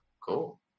cool